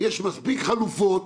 מספיק חלופות